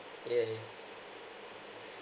yeah yeah